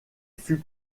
fut